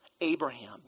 Abraham